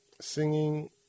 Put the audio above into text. singing